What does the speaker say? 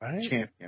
champion